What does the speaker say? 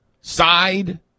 side